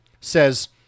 says